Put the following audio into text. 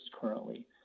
currently